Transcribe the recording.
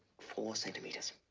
four centimeters.